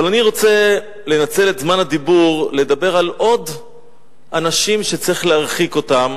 אבל אני רוצה לנצל את זמן הדיבור לדבר על עוד אנשים שצריך להרחיק אותם